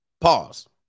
Pause